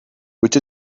which